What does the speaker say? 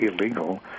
illegal